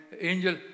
angel